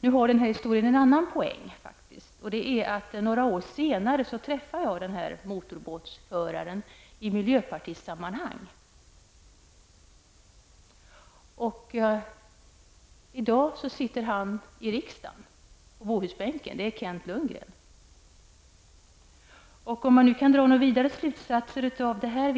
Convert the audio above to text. Men historien har faktiskt också en poäng. Några år senare träffade jag nämligen föraren av motorbåten. Det var i miljöpartisammanhang. Den här personen sitter numera med i riksdagen, på Bohusbänken. Det gäller nämligen Kent Lundgren. Jag vet inte om man skall dra någon slutsats av detta.